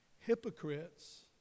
Hypocrites